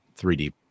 3D